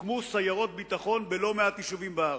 הוקמו סיירות ביטחון בלא מעט יישובים בארץ,